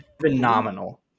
phenomenal